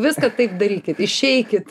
viską taip darykit išeikit